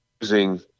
Using